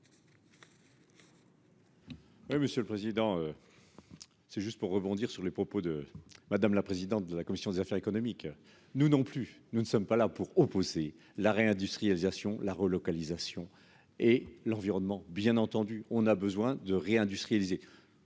Oui, monsieur le président. C'est juste pour rebondir sur les propos de madame la présidente de la commission des affaires économiques. Nous non plus nous ne sommes pas là pour opposer la réindustrialisation la relocalisation et l'environnement. Bien entendu, on a besoin de réindustrialiser.